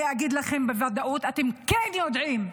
אני אגיד לכם בוודאות: אתם כן יודעים,